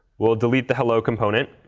we'll delete the hello component.